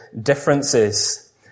differences